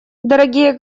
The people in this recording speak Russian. дорогие